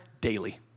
Daily